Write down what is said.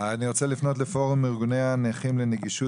אני רוצה לפנות לפורום ארגוני הנכים לנגישות.